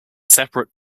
separate